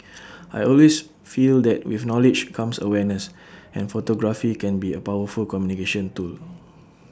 I always feel that with knowledge comes awareness and photography can be A powerful communication tool